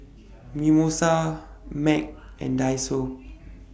Mimosa Mac and Daiso